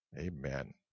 Amen